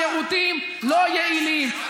אי-אפשר להעביר רפורמה בחברת חשמל,